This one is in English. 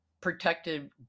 protected